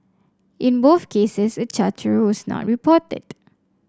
in both cases a charterer was not reported